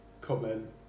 comment